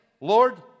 Lord